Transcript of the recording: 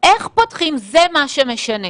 איך פותחים זה מה שמשנה,